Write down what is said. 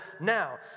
Now